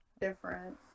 different